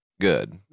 good